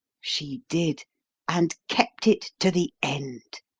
she did and kept it to the end!